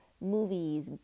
movies